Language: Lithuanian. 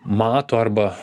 mato arba